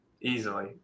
easily